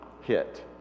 hit